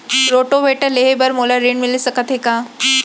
Rotavator लेहे बर मोला ऋण मिलिस सकत हे का?